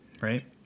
right